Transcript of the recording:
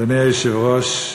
אדוני היושב-ראש,